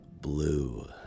Blue